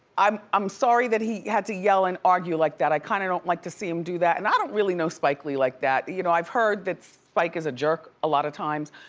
i'm i'm sorry that he had to yell and argue like that. i kinda kind of don't like to see him do that, and i don't really know spike lee like that. you know i've heard that spike is a jerk a lot of times.